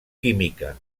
química